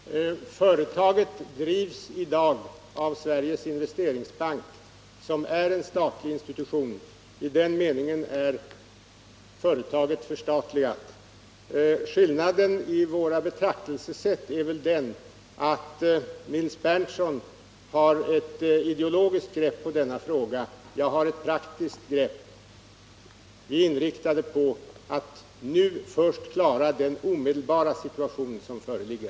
Herr talman! Företaget drivs i dag av Sveriges Investeringsbank, som är en statlig institution. I den meningen är företaget förstatligat. Skillnaden i våra betraktelsesätt är väl den att Nils Berndtson har ett ideologiskt grepp på denna fråga, medan jag har ett praktiskt grepp. Från departementets sida är vi inriktade på att nu först klara den omedelbara situation som föreligger.